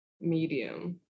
medium